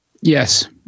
Yes